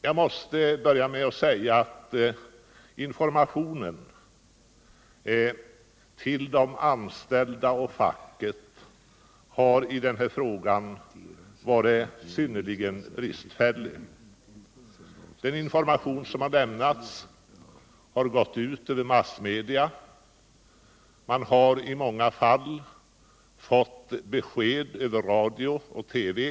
Jag måste börja med att säga att informationen till de anställda och facket i denna fråga varit synnerligen bristfällig. Den information som har lämnats har gått ut över massmedia. Man har i många fall fått besked över radio och TV.